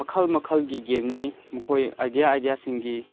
ꯃꯈꯜ ꯃꯈꯜꯒꯤ ꯒꯦꯝꯅꯤ ꯃꯈꯣꯏ ꯑꯥꯏꯗꯤꯌꯥ ꯑꯥꯏꯗꯤꯌꯥꯁꯤꯡꯒꯤ